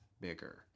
bigger